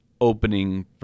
opening